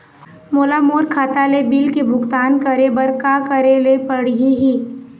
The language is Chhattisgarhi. मोला मोर खाता ले बिल के भुगतान करे बर का करेले पड़ही ही?